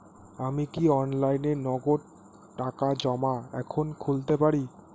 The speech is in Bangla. আমি কি অনলাইনে নগদ টাকা জমা এখন খুলতে পারি?